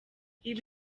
ibi